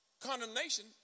condemnation